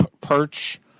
perch